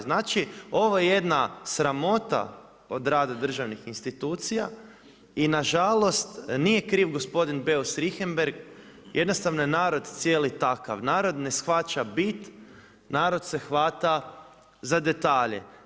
Znači ovo je jedna sramota od rada državnih institucija i nažalost nije kriv gospodin Beus Richembergh, jednostavno je narod cijeli takav, narod ne shvaća bit, narod se hvata za detalje.